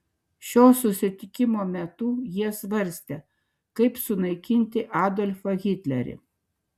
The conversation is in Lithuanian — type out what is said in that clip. šio susitikimo metu jie svarstė kaip sunaikinti adolfą hitlerį